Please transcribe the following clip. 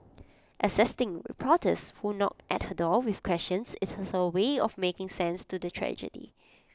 assisting reporters who knock at her door with questions is her way of making sense to the tragedy